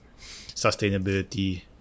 sustainability